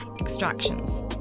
extractions